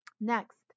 Next